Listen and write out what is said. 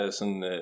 sådan